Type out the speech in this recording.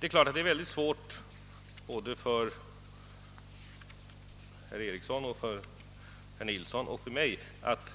Det är mycket svårt både för herr Eriksson i Bäckmora, för herr Nilsson i Tvärålund och för mig att exakt